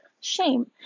shame